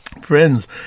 Friends